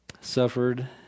suffered